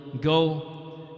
go